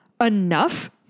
enough